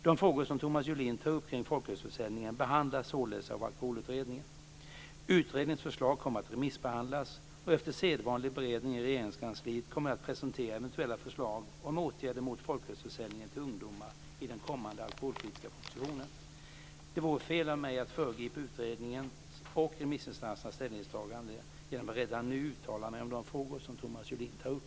De frågor som Thomas Julin tar upp kring folkölsförsäljningen behandlas således av Alkoholutredningen. Utredningens förslag kommer att remissbehandlas, och efter sedvanlig beredning i Regeringkansliet kommer jag att presentera eventuella förslag om åtgärder mot folkölsförsäljningen till ungdomar i den kommande alkoholpolitiska propositionen. Det vore fel av mig att föregripa utredningens och remissinstansernas ställningstagande genom att redan nu uttala mig om de frågor som Thomas Julin tar upp.